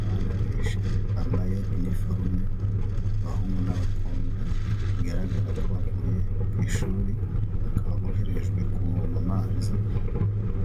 Abana benshi bambaye iniforume abahungu n'abakobwa bigaragara ko bavuye k'ishuri bakaba boherejwe kuvoma amazi